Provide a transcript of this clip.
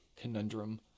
conundrum